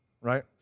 right